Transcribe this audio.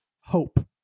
hope